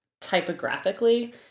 typographically